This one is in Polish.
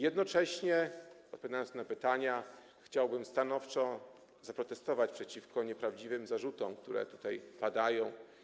Jednocześnie, odpowiadając na pytania, chciałbym stanowczo zaprotestować przeciwko nieprawdziwym zarzutom, które tutaj padają.